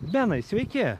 benai sveiki